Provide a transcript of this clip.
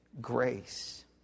grace